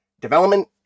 development